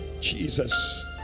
Jesus